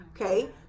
Okay